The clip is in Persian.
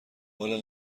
والا